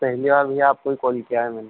पहली बार भइया आपको ही कॉल किया है मैंने